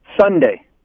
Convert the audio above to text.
Sunday